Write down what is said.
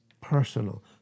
personal